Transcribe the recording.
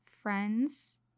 friends